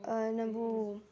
ನಾವೂ